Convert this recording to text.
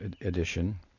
edition